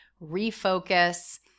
refocus